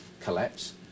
collapse